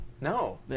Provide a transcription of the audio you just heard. No